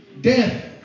death